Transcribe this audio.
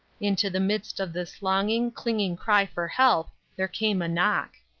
into the midst of this longing, clinging cry for help there came a knock.